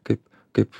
kaip kaip